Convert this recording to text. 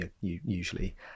Usually